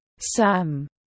Sam